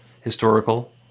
historical